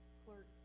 clerk